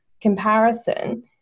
comparison